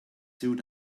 sewed